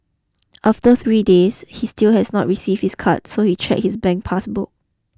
after three days he still has not received his card so he check his bank pass book